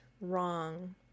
wrong